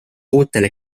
uutele